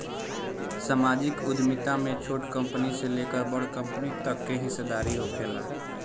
सामाजिक उद्यमिता में छोट कंपनी से लेकर बड़ कंपनी तक के हिस्सादारी होखेला